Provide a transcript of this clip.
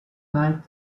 night